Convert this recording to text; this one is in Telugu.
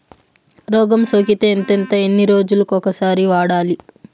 రోగం సోకితే ఎంతెంత ఎన్ని రోజులు కొక సారి వాడాలి?